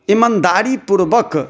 ईमानदारी पूर्वक